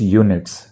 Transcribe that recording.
units